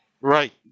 right